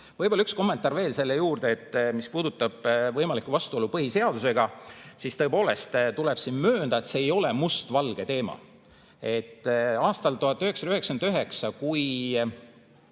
Võib-olla üks kommentaar veel selle juurde, mis puudutab võimalikku vastuolu põhiseadusega. Tõepoolest, tuleb möönda, et see ei ole mustvalge teema. Aastal 1999, kui